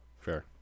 Fair